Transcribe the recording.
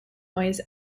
noise